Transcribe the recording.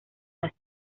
las